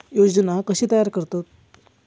योजना कशे तयार करतात?